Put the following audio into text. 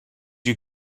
you